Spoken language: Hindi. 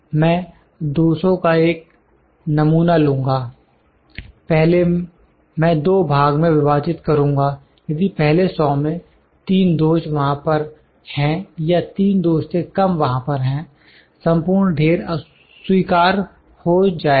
मैं 200 का एक नमूना लूँगा पहले मैं दो भाग में विभाजित करुंगा यदि पहले 100 में 3 दोष वहां पर हैं या 3 दोष से कम वहां पर हैं संपूर्ण ढेर स्वीकार हो जाएगा